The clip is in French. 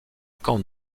camp